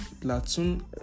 platoon